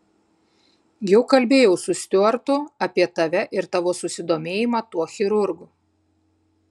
jau kalbėjau su stiuartu apie tave ir tavo susidomėjimą tuo chirurgu